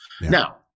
Now